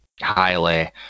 highly